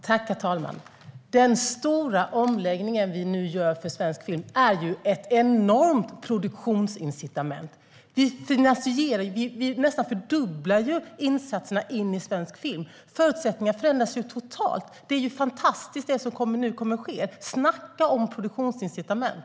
Herr talman! Den stora omläggning som vi nu gör för svensk film är ett enormt produktionsincitament. Vi fördubblar nästan insatserna för svensk film, och förutsättningarna förändras totalt. Det som nu kommer att ske är fantastiskt. Snacka om produktionsincitament!